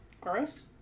Gross